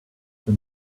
been